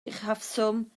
uchafswm